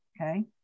okay